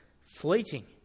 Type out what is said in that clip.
fleeting